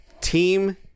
team